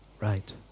right